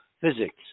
physics